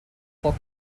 for